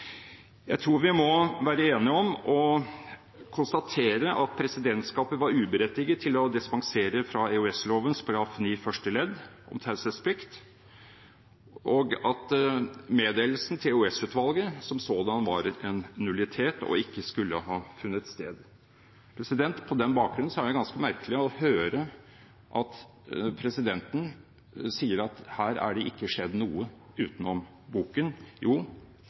Jeg tror vi må være enige om å konstatere at presidentskapet var uberettiget til å dispensere fra EOS-loven § 9 første ledd om taushetsplikt, og at meddelelsen til EOS-utvalget som sådan var en nullitet og ikke skulle ha funnet sted. På den bakgrunn er det ganske merkelig å høre presidenten si at her er det ikke skjedd noe utenom boken. Jo,